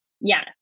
Yes